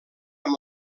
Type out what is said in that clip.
amb